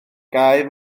gau